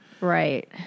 Right